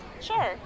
Sure